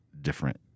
different